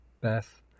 Beth